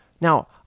Now